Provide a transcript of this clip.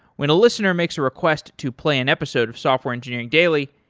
when a listener makes a request to play an episode of software engineering daily,